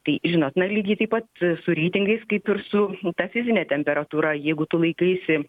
tai žinot na lygiai taip pat su reitingais kaip ir su ta fizine temperatūra jeigu tu laikaisi